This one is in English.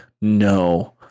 No